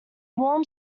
warm